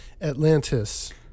Atlantis